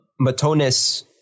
Matonis